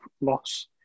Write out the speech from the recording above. loss